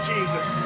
Jesus